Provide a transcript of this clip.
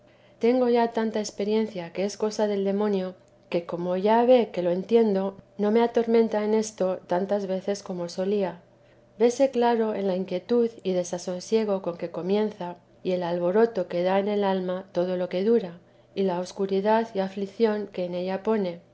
tengo yo tanta experiencia que es cosa del demonio que como ya ve que lo entiendo no me atormenta en esto tantas veces como solía vese claro en la inquietud y desasosiego con que comienza y el alboroto que da en el alma todo lo que dura y la escuridad y aflicción que en ella pone